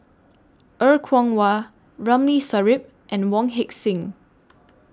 Er Kwong Wah Ramli Sarip and Wong Heck Sing